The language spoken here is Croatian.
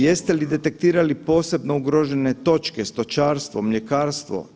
Jeste li detektirali posebno ugrožene točke, stočarstvo, mljekarstvo?